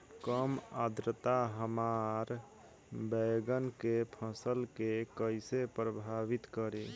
कम आद्रता हमार बैगन के फसल के कइसे प्रभावित करी?